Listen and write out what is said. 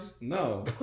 no